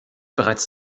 bereits